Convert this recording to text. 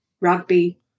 rugby